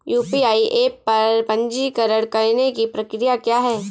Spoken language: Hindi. यू.पी.आई ऐप पर पंजीकरण करने की प्रक्रिया क्या है?